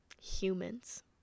humans